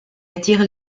attirent